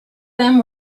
them